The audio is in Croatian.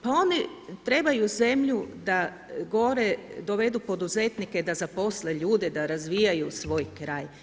Pa oni trebaju zemlju da gore dovedu poduzetnike da zaposle ljude, da razviju svoj kraj.